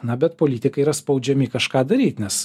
na bet politikai yra spaudžiami kažką daryt nes